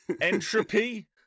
entropy